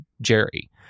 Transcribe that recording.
jerry